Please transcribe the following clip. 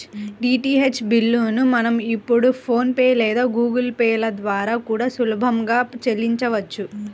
DTH బిల్లుల్ని మనం ఇప్పుడు ఫోన్ పే లేదా గుగుల్ పే ల ద్వారా కూడా సులభంగా చెల్లించొచ్చు